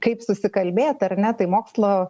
kaip susikalbėti ar ne tai mokslo